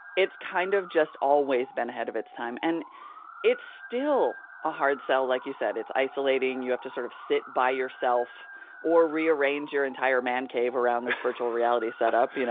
it's kind of just always been ahead of its time, and it's still a hard sell. like you said, it's isolating, you have to sort of sit by yourself or rearrange your entire man-cave around the virtual reality set up. you know